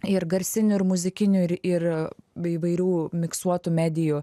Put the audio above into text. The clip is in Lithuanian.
ir garsinių ir muzikinių ir ir be įvairių miksuotų medijų